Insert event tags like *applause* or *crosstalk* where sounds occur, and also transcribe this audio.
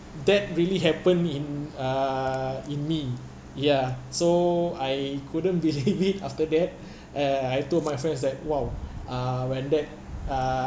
that really happened in uh in me ya so I couldn't believe it *laughs* after that uh I told my friend I was like !wow! uh when that uh